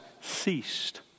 ceased